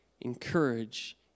encourage